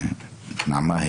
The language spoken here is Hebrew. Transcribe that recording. נעמה,